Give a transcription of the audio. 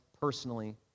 personally